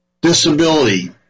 disability